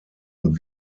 und